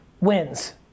wins